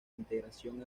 integración